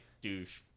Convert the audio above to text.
douche